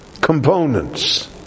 components